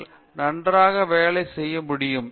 விஸ்வநாதன் பின்னர் அவர்கள் நன்றாக வேலை செய்ய முடியும்